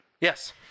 Yes